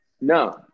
No